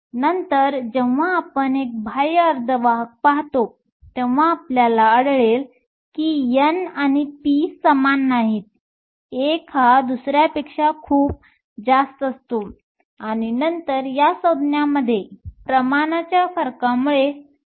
नंतर जेव्हा आपण एक बाह्य अर्धवाहक पाहतो तेव्हा आपल्याला आढळेल की n आणि p समान नाहीत एक हा दुसऱ्यापेक्षा खूप जास्त असतो आणि नंतर एका संज्ञामध्ये प्रमाणाच्या फरकामुळे वर्चस्व असते